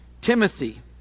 Timothy